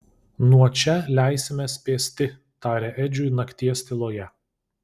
nuo čia leisimės pėsti tarė edžiui nakties tyloje